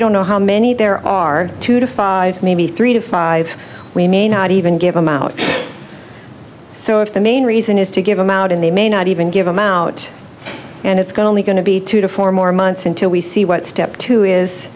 don't know how many there are two to five maybe three to five we may not even give them out so if the main reason is to give them out and they may not even give them out and it's going to be going to be two to four more months until we see what step two is